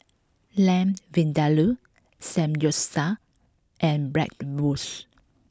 Lamb Vindaloo Samgyeopsal and Bratwurst